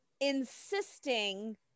insisting